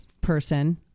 person